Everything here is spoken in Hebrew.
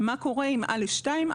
מה קורה עם א.2,